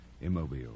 immobile